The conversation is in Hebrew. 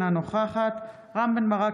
אינה נוכחת רם בן ברק,